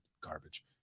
garbage